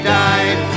died